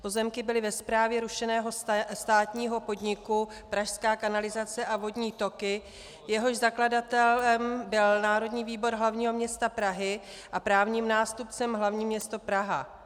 Pozemky byly ve správě rušeného státního podniku Pražská kanalizace a vodní toky, jehož zakladatelem byl Národní výbor hlavního města Prahy a právním nástupcem hlavní město Praha.